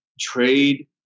trade